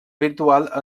virtual